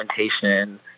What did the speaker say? implementation